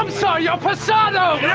um sir, your passado!